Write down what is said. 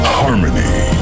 harmony